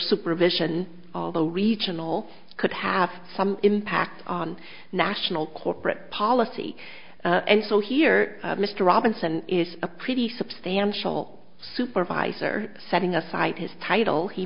supervision although regional could have some impact on national corporate policy and so here mr robinson is a pretty substantial supervisor setting aside his title he